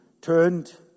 turned